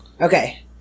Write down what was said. Okay